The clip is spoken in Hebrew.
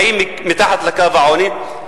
חיים מתחת לקו העוני,